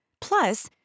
Plus